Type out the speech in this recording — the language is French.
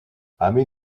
ami